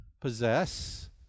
possess